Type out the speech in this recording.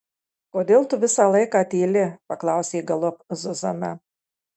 kodėl tu visą laiką tyli paklausė galop zuzana